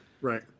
Right